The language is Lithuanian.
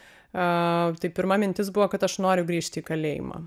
a tai pirma mintis buvo kad aš noriu grįžti į kalėjimą